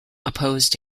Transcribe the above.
opposed